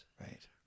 Right